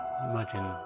imagine